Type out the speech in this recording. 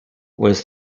was